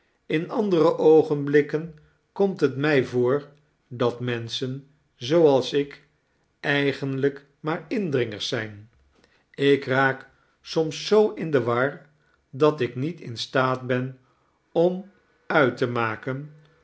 in andere oogenblikken komt het mij voor dat menschen zooals ik eigenlijk maar indringers zijn ik raak soms zoo in de war dat ik niet in staat ben om uit te niaken